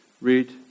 Read